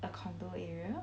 a condo area